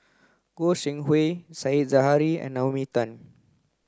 Goi Seng Hui Said Zahari and Naomi Tan